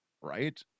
Right